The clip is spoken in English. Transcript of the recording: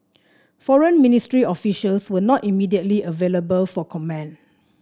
foreign ministry officials were not immediately available for comment